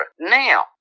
Now